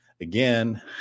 again